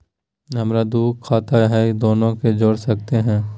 हमरा दू खाता हय, दोनो के जोड़ सकते है?